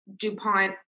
DuPont